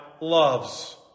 loves